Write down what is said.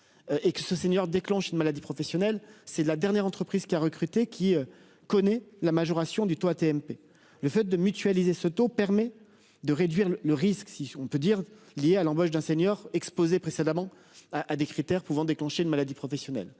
Et que ce seigneur déclenche une maladie professionnelle, c'est la dernière entreprise qui a recruté qui connaît la majoration du taux AT-MP. Le fait de mutualiser ce taux permet de réduire le risque si on peut dire liées à l'embauche d'un senior exposées précédemment à à des critères pouvant déclencher une maladie professionnelle.